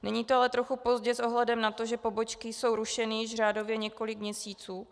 Není to ale trochu pozdě s ohledem na to, že pobočky jsou rušeny již řádově několik měsíců?